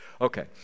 okay